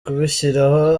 kubishyiraho